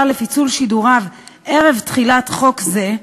לפיצול שידוריו ערב תחילת חוק זה,